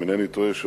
אם אינני טועה,